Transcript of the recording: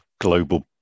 global